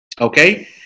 Okay